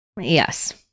Yes